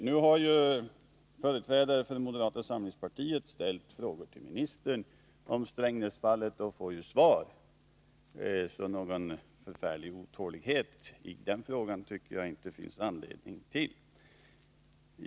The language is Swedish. Nu har ju företrädare för moderata samlingspartiet ställt frågor till ministern om Strängnäsfallet, och får svar på dem, så jag tycker inte det finns någon anledning att känna någon större otålighet i det sammanhanget.